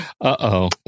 Uh-oh